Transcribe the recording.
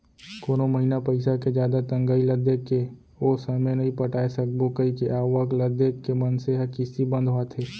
कोनो महिना पइसा के जादा तंगई ल देखके ओ समे नइ पटाय सकबो कइके आवक ल देख के मनसे ह किस्ती बंधवाथे